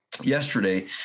Yesterday